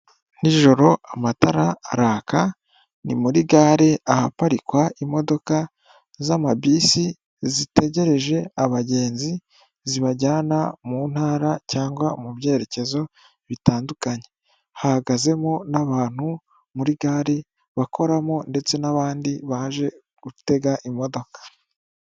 Ninjoro amatara araka, ni muri gare ahaparikwa imodoka z'amabisi zitegereje abagenzi zibajyana mu ntara cyangwa mu byerekezo bitandukanye, hahagazemo n'abantu muri gare bakoramo ndetse n'abandi baje gutega imodoka.